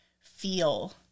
feel